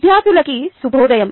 విద్యార్ధులకి శుభోదయం